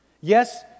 yes